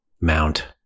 mount